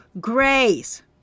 Grace